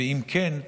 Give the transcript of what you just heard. ואם כן,